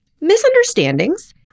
misunderstandings